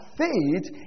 faith